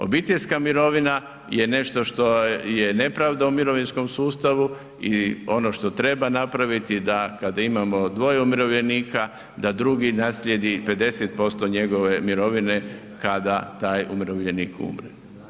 Obiteljska mirovina je nešto što je nepravda u mirovinskom sustavu i ono što treba napraviti da kada imamo dvoje umirovljenika da drugi naslijedi 50% njegove mirovine kada taj umirovljenik umre.